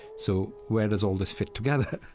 so where does all this fit together?